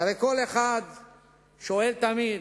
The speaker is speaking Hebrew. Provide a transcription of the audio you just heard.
כי הרי כל אחד שואל תמיד: